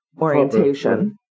orientation